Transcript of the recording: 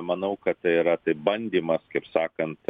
manau kad tai yra tai bandymas kaip sakant